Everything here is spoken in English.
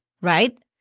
right